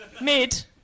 Mid